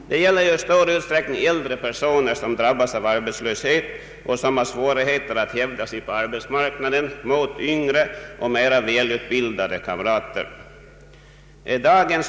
Det gäller i större utsträckning äldre personer som drabbas av arbetslöshet och som har svårigheter att hävda sig på arbetsmarknaden mot yngre och mera välutbildade kamrater.